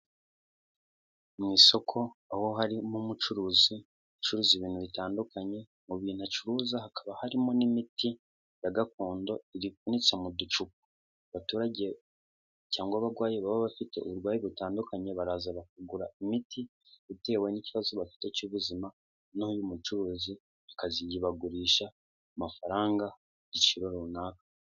Mu isoko aho harimo umucuruzi ucuruza ibintu bitandukanye, mu bintu acuruza hakaba harimo n'imiti ya gakondo ipfunitse mu ducupa, abaturage cyangwa abarwaye baba bafite uburwayi butandukanye, baraza kugura imiti itewe n'ikibazo bafite cy'ubuzima, noneho uyu mucuruzi bakayibagurisha amafaranga, igiciro runaka.